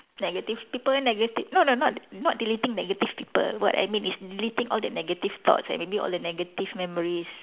negative people negative no no not not deleting negative people what I mean is deleting all the negative thoughts and maybe all the negative memories